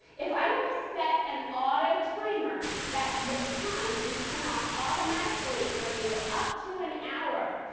if i want to set an autotimer that will time and turn off automatically for you up to an hour.